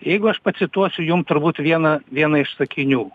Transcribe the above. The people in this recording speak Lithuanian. jeigu aš pacituosiu jum turbūt vieną vieną iš sakinių